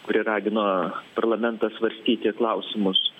kuri ragino parlamentą svarstyti klausimus